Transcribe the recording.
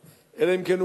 אלא אם כן,